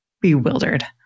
bewildered